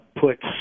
puts